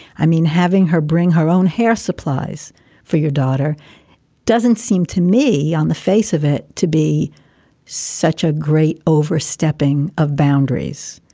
i mean, having her bring her own hair supplies for your daughter doesn't seem to me on the face of it to be such a great overstepping of bounds.